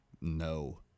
no